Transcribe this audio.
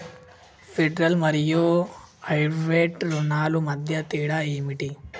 Federal మరియు private రుణాల మధ్య తేడా ఏమిటి?